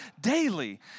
daily